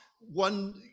one